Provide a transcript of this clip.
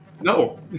No